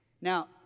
Now